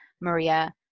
Maria